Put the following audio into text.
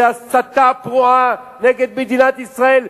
בהסתה פרועה נגד מדינת ישראל,